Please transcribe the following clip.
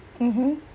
mmhmm